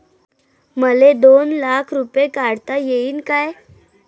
मले दोन लाख रूपे काढता येईन काय?